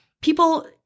people –